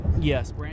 Yes